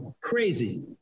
crazy